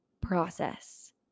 process